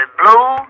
blue